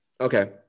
okay